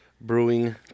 Brewing